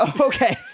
Okay